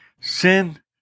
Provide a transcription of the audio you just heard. Sin